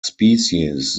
species